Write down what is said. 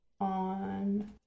on